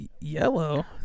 yellow